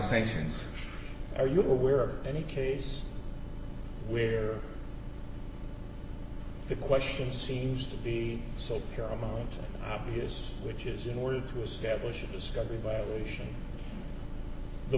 sanctions are you aware of any case where the question seems to be so paramount obvious which is in order to establish a discovery violation the